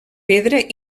pedra